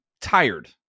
tired